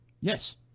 Yes